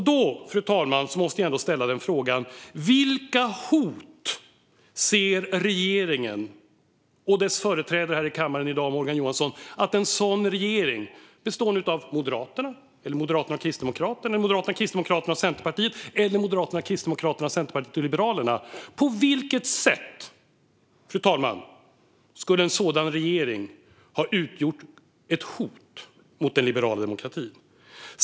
Därför måste jag ändå ställa frågan, fru talman: På vilket sätt anser regeringen och dess företrädare i kammaren i dag, Morgan Johansson, att en sådan regering - bestående av Moderaterna, av Moderaterna och Kristdemokraterna, av Moderaterna och Kristdemokraterna och Centerpartiet eller av Moderaterna och Kristdemokraterna och Centerpartiet och Liberalerna - skulle ha utgjort ett hot mot den liberala demokratin?